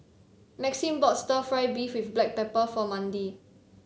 Maxim bought stir fry beef with Black Pepper for Mandi